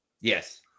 yes